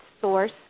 source